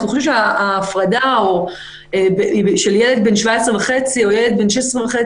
אנחנו חושבים שההפרדה של ילד בן 17 וחצי או ילד בן 16 וחצי,